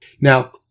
Now